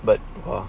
but err